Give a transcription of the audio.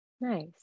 Nice